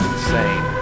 insane